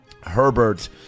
Herbert